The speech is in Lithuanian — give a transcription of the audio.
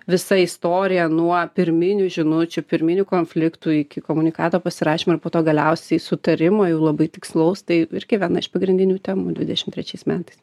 visa istorija nuo pirminių žinučių pirminių konfliktų iki komunikato pasirašymo ir po to galiausiai sutarimo jau labai tikslaus tai irgi viena iš pagrindinių temų dvidešimt trečiais metais